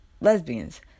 lesbians